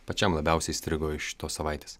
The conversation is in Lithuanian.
pačiam labiausiai įstrigo iš šitos savaitės